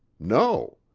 no.